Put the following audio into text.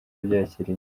yabyakiriye